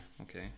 Okay